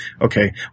okay